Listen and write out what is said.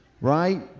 right